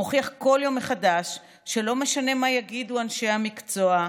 מוכיח כל יום מחדש שלא משנה מה יגידו אנשי המקצוע,